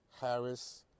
Harris